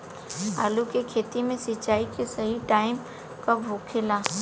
आलू के खेती मे सिंचाई के सही टाइम कब होखे ला?